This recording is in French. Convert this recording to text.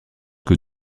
que